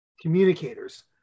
communicators